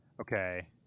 okay